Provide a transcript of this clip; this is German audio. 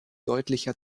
deutlicher